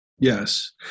Yes